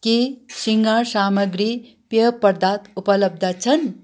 के शृङ्गार सामग्री पेय पदार्थ उपलब्ध छन्